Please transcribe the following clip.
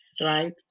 right